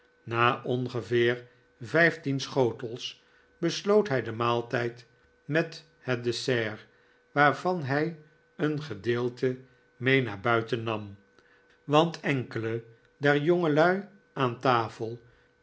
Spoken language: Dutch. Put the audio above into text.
na ongeveer vijftien schotels besloot hij den maaltijd met het dessert waarvan hij een gedeelte mee naar buiten nam want enkele der jongelui aan tafel